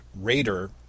Raider